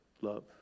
love